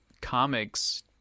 comics